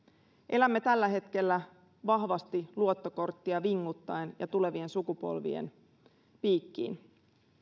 elämme tällä hetkellä vahvasti luottokorttia vinguttaen ja tulevien sukupolvien piikkiin